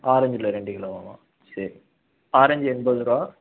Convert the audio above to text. ஆரேஞ்சில ரெண்டு கிலோவாமா சரி ஆரேஞ் எண்பதுருவா